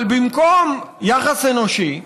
אבל במקום יחס אנושי,